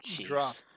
drop